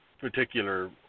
particular